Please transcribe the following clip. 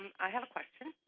i have a question.